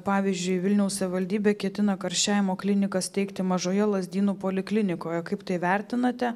pavyzdžiui vilniaus savivaldybė ketina karščiavimo kliniką steigti mažoje lazdynų poliklinikoje kaip tai vertinate